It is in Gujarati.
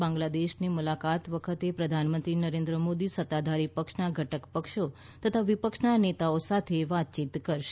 બાંગ્લાદેશની મુલાકાત વખતે પ્રધાનમંત્રી નરેન્દ્ર મોદી સત્તાધારી પક્ષના ધટક પક્ષો તથા વિપક્ષના નેતાઓ સાથે વાતચીત કરશે